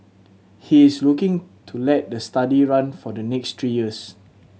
he is looking to let the study run for the next three years